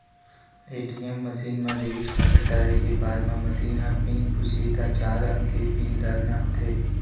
ATM machine म debit card डारे के बाद म मसीन ह पिन पूछही त चार अंक के पिन डारना होथे